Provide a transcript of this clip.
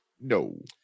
No